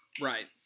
right